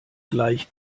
gleich